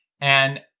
and-